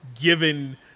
given